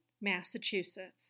Massachusetts